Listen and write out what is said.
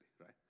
right